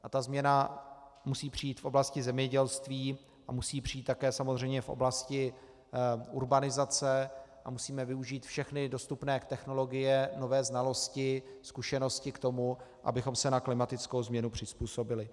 A ta změna musí přijít v oblasti zemědělství a musí přijít také samozřejmě v oblasti urbanizace a musíme využít všechny dostupné technologie, nové znalosti, nové zkušenosti k tomu, abychom se na klimatickou změnu přizpůsobili.